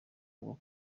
bwo